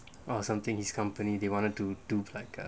or something his company they wanted to do it like uh